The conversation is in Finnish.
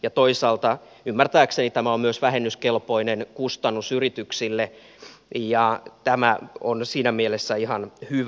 ja toisaalta ymmärtääkseni tämä on myös vähennyskelpoinen kustannus yrityksille ja tämä on siinä mielessä ihan hyvä